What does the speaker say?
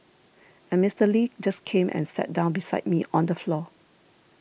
and Mister Lee just came and sat down beside me on the floor